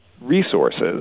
resources